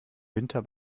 winter